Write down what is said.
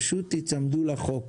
פשוט תיצמדו לחוק.